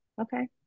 okay